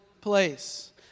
place